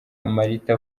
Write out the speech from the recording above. marita